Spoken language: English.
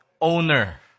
owner